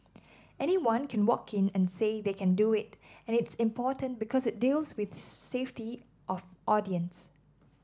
anyone can walk in and say they can do it and it's important because it deals with safety of audience